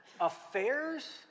Affairs